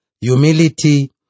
humility